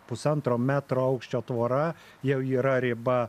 pusantro metro aukščio tvora jau yra riba